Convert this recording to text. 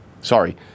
Sorry